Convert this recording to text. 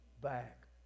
back